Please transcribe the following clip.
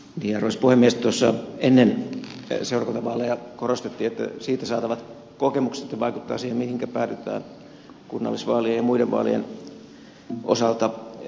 tuossa ennen seurakuntavaaleja korostettiin että siitä saatavat kokemukset vaikuttavat siihen mihinkä päädytään kunnallisvaalien ja muiden vaalien osalta